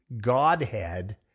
Godhead